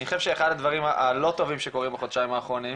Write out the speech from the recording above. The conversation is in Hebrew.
אני חושב שאחד הדברים הלא טובים שקורה בחודשיים האחרונים,